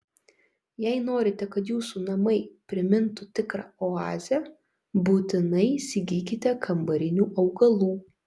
jei norite kad jūsų namai primintų tikrą oazę būtinai įsigykite kambarinių augalų